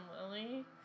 Lily